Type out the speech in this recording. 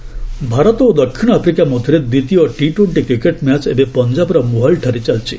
cricket Bharat ଓ ଦକ୍ଷିଣ Africa ମଧ୍ୟରେ ଦ୍ୱିତୀୟ ଟି ଟ୍ୱେଣ୍ଟି କ୍ରିକେଟ୍ ମ୍ୟାଚ୍ ଏବେ ପଞ୍ଜାବ୍ର ମୋହାଲିଠାରେ ଚାଲିଛି